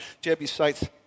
Jebusites